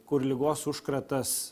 kur ligos užkratas